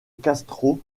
castro